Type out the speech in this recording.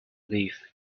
live